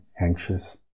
anxious